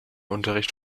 unterricht